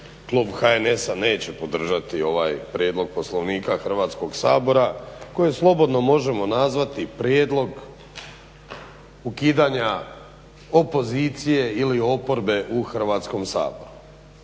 klub HNS-a neće podržati ovaj prijedlog Poslovnika Hrvatskog sabora koji slobodno možemo nazvati prijedlog ukidanja opozicije ili oporbe u Hrvatskom saboru.